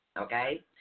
Okay